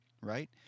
right